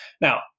Now